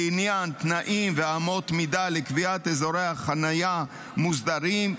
לעניין תנאים ואמות מידה לקביעת אזורי חניה מוסדרים,